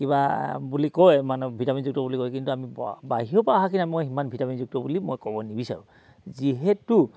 কিবা বুলি কয় মানে ভিটামিনযুক্ত বুলি কয় কিন্তু আমি ব বাহিৰৰ পৰা অহাখিনি মই সিমান ভিটামিনযুক্ত বুলি মই ক'ব নিবিচাৰোঁ যিহেতু